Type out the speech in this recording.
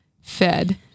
fed